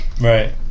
Right